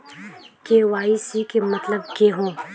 KYC के मतलब केहू?